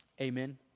Amen